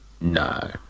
no